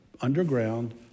underground